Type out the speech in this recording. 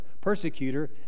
persecutor